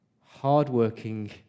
hardworking